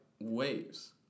waves